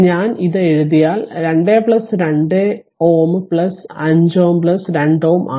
ഞാൻ ഇത് എഴുതിയാൽ 2 2 Ω 5 Ω 2 Ω ആണ്